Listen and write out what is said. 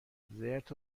زرت